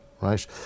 right